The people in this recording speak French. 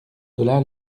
delà